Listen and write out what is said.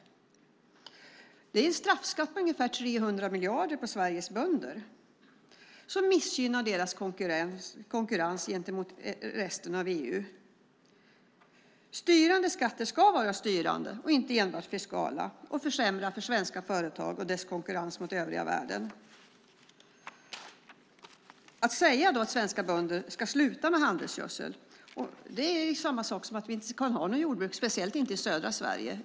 Det är en straffskatt på ungefär 300 miljarder på Sveriges bönder som missgynnar deras konkurrensförmåga gentemot resten av EU. Styrande skatter ska vara styrande och inte enbart fiskala och försämra för svenska företag i deras konkurrens med övriga världen. Att säga att svenska bönder ska sluta med handelsgödsel är samma sak som att säga att vi inte ska ha något jordbruk, speciellt inte i södra Sverige.